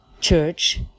Church